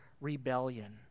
rebellion